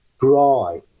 dry